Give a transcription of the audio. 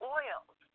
oils